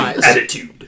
attitude